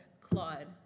Claude